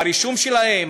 הרישום שלהם,